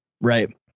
right